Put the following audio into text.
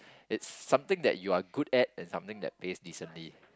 it's something that you are good at and something that pays decently